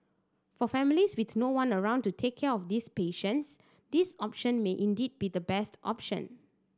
for families with no one around to take care of these patients this option may indeed be the best option